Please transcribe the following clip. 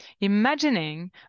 imagining